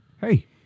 Hey